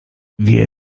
wir